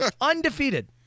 Undefeated